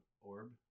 orb